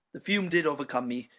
the fume did overcome me,